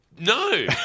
No